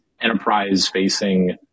enterprise-facing